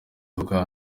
uvuga